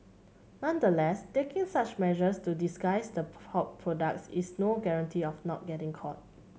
nonetheless taking such measures to disguise the pork products is no guarantee of not getting caught